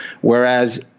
whereas